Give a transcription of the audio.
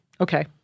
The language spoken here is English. Okay